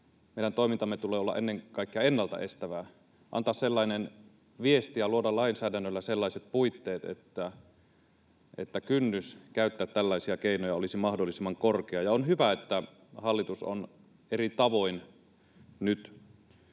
meidän toimintamme tulee olla ennen kaikkea ennalta estävää — antaa sellainen viesti ja luoda lainsäädännöllä sellaiset puitteet, että kynnys käyttää tällaisia keinoja olisi mahdollisimman korkea. On hyvä, että hallitus on eri tavoin nyt